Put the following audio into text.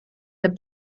the